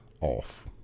off